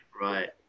right